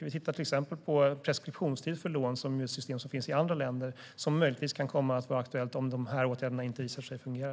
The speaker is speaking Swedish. Vi tittar till exempel på preskriptionstid för lån, vilket är ett system som finns i andra länder och som möjligen kan bli aktuellt om åtgärderna inte visar sig fungera.